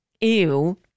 ew